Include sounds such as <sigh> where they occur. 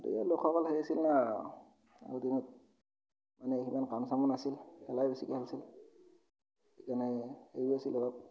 <unintelligible> লোকসকল সেই আছিলনা দিনত এনে সিমান কাম চামো নাছিল খেলাই বেছিকৈ খেলিছিল সেইকাৰণে সেইও আছিল অলপ